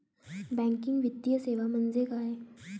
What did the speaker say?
Banking वित्तीय सेवा म्हणजे काय?